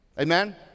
Amen